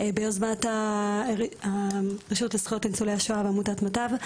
ביוזמת הרשות לזכויות ניצולי השואה ועמותת מט"ב.